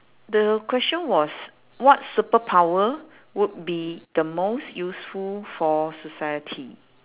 the question was what superpower would be the most useful for society